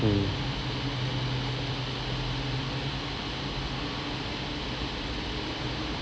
mm